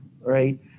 right